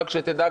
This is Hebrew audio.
רק שתדע,